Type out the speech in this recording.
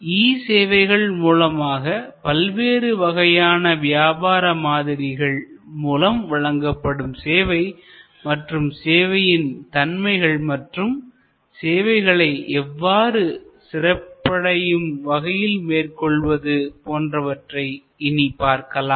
இ சேவைகள் மூலமாக பல்வேறு வகையான வியாபார மாதிரிகள் மூலம் வழங்கப்படும் சேவை மற்றும் சேவையின் தன்மைகள் மற்றும் சேவைகளை எவ்வாறு சிறப்படையும் வகையில் மேற்கொள்வது போன்றவற்றை இனி பார்க்கலாம்